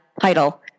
title